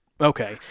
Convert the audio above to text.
Okay